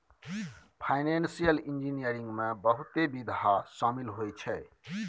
financial engineering में बहुते विधा शामिल होइ छै